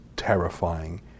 terrifying